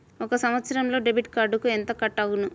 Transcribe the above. ఒక సంవత్సరంలో డెబిట్ కార్డుకు ఎంత కట్ అగును?